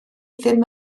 ddim